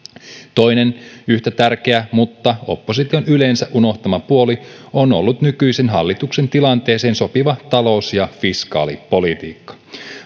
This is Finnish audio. toinen yhtä tärkeä mutta opposition yleensä unohtama puoli on ollut nykyisen hallituksen tilanteeseen sopiva talous ja fiskaalipolitiikka